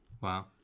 Wow